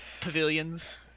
pavilions